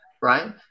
right